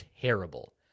terrible